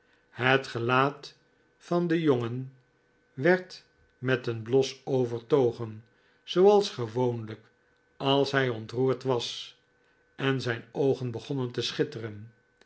het gelaat van den jongen werd met een bios overtogen zooals gewoonlijk als hij ontroerd was en zijn oogen begonnen te schitteren